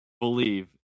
believe